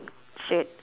shirt